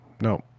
no